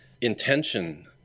Intention